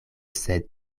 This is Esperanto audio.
sed